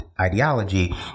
ideology